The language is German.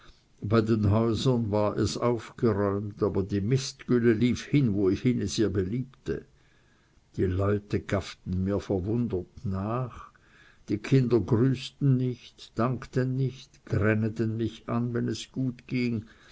bei den häusern war es aufgeräumt aber die mistgülle lief hin wohin es ihr beliebte die leute gafften mir verwundert nach die kinder grüßten nicht dankten nicht gränneten mich an wenn es gut ging